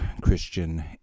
Christian